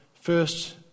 first